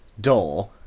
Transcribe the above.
door